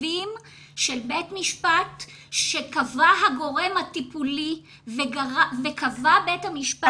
צווים של בית משפט שקבע הגורם הטיפולי וקבע בית המשפט